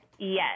Yes